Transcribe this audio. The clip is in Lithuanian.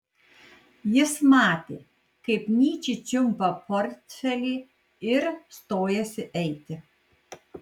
jis matė kaip nyčė čiumpa portfelį ir stojasi eiti